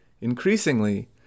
Increasingly